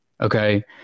Okay